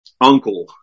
uncle